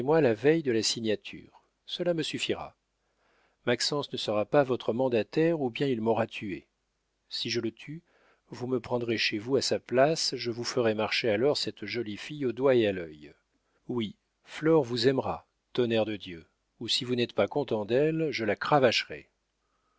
la veille de la signature cela me suffira maxence ne sera pas votre mandataire ou bien il m'aura tué si je le tue vous me prendrez chez vous à sa place je vous ferai marcher alors cette jolie fille au doigt et à l'œil oui flore vous aimera tonnerre de dieu ou si vous n'êtes pas content d'elle je la cravacherai